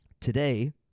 today